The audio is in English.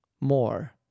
more